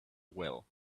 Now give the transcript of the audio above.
well